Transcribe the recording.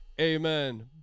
Amen